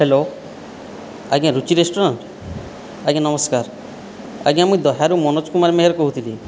hello ଆଜ୍ଞା Ruchi restaurant ଆଜ୍ଞା ନମସ୍କାର ଆଜ୍ଞା ମୁଁ ଦହ୍ୟାରୁ ମନୋଜ କୁମାର ମେହେର କହୁଥିଲି